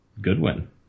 Goodwin